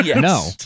No